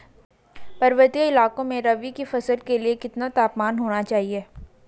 पर्वतीय इलाकों में रबी की फसल के लिए कितना तापमान होना चाहिए?